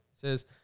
Says